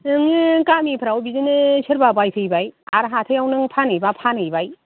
जोङो गामिफोराव बिदिनो सोरबा बायफैबाय आरो हाथायाव नों फानहैबा फानहैबाय